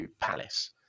Palace